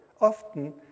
often